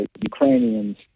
Ukrainians